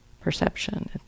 perception